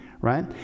Right